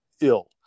ill